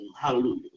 hallelujah